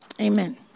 Amen